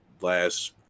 last